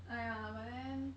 !aiya! but then